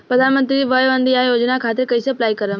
प्रधानमंत्री वय वन्द ना योजना खातिर कइसे अप्लाई करेम?